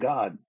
God